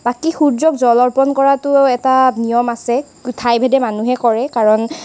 বাকী সূৰ্যক জল অৰ্পণ কৰাটোও এটা নিয়ম আছে ঠাইভেদে মানুহে কৰে কাৰণ